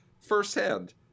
firsthand